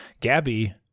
Gabby